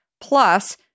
Plus